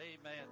Amen